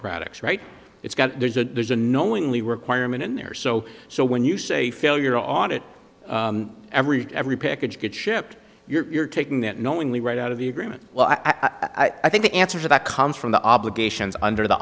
products right it's got there's a there's a knowingly requirement in there so so when you say failure on it every every package get shipped you're taking that knowingly right out of the agreement well i think the answer to that comes from the obligations under the